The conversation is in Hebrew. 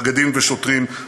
נגדים ושוטרים,